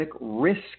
risk